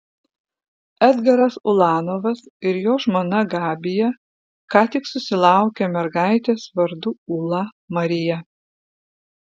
edgaras ulanovas ir jo žmona gabija ką tik susilaukė mergaitės vardu ūla marija